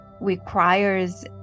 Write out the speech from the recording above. requires